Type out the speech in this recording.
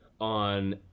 on